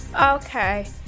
Okay